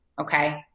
okay